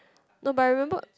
no but I remember